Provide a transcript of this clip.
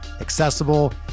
accessible